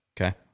Okay